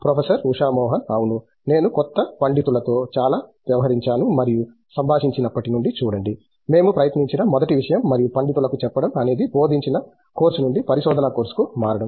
professor Usha Mohan అవును నేను క్రొత్త పండితులతో చాలా వ్యవహరించాను మరియు సంభాషించినప్పటి నుండి చూడండి మేము ప్రయత్నించిన మొదటి విషయం మరియు పండితులకు చెప్పడం అనేది బోధించిన కోర్సు నుండి పరిశోధనా కోర్సుకు మారడం